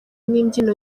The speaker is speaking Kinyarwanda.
n’imbyino